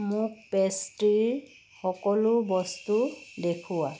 মোক পেষ্ট্ৰিৰ সকলো বস্তু দেখুওঁৱা